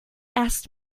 asked